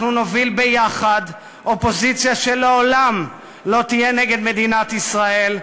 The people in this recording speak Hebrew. אנחנו נוביל יחד אופוזיציה שלעולם לא תהיה נגד מדינת ישראל,